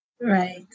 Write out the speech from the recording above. Right